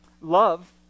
Love